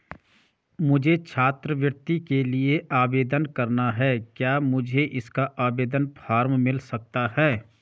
मुझे छात्रवृत्ति के लिए आवेदन करना है क्या मुझे इसका आवेदन फॉर्म मिल सकता है?